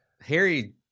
harry